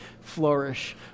flourish